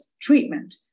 treatment